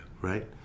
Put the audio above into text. right